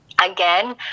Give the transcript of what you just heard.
again